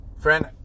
Friend